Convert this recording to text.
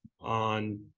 on